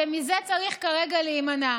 ומזה צריך כרגע להימנע.